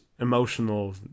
emotional